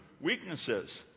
weaknesses